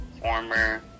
Former